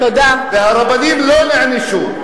והרבנים לא נענשו.